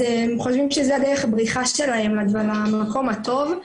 אז הם חושבים שזו דרך בריחה שלהם למקום הטוב,